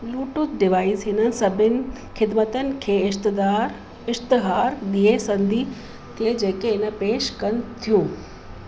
Bluetooth device हिन सभिनि ख़िदमतनि खे इश्तदार इश्तहार ॾींहुं संदी के जेके आहिनि पेश कनि थियूं